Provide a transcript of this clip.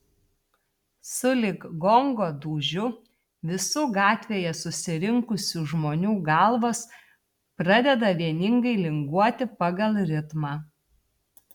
sulig gongo dūžiu visų gatvėje susirinkusių žmonių galvos pradeda vieningai linguoti pagal ritmą